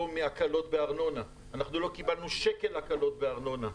מהקלות בארנונה אנחנו לא קיבלנו שקל הקלות בארנונה,